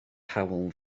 hywel